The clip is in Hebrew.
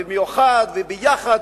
במיוחד וביחד,